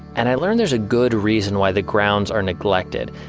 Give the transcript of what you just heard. and i learned there's a good reason why the grounds are neglected.